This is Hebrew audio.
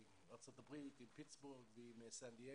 בארצות הברית עם פיטסבורג ועם סנטיאגו.